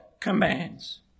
commands